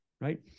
right